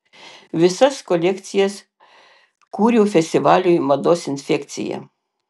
visas kolekcijas kūriau festivaliui mados infekcija